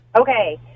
Okay